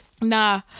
nah